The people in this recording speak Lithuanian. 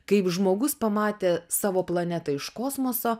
kaip žmogus pamatė savo planetą iš kosmoso